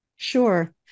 sure